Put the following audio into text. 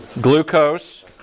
Glucose